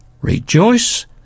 rejoice